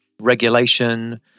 regulation